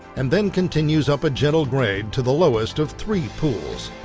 and then continues up a gentle grade to the lowest of three pools.